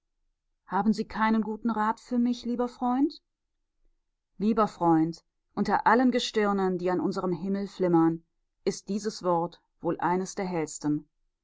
haben sie keinen guten rat für mich lieber freund lieber freund unter allen gestirnen die an unserem himmel flimmern ist dieses wort wohl eines der hellsten